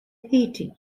heating